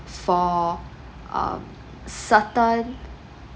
for um certain